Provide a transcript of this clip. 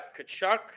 Kachuk